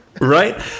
Right